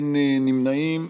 אין נמנעים.